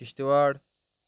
Kishtwar